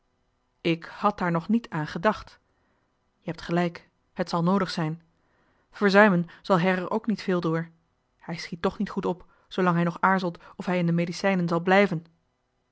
ik had daar nog niet aan gedacht je hebt gelijk het zal noodig zijn verzuimen zal her er ook niet veel door hij schiet toch niet goed op zoolang hij nog aarzelt of hij in de medicijnen zal blijven